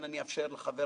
בבקשה, גברתי.